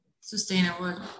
sustainable